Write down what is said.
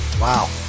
wow